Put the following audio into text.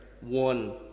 one